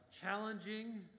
challenging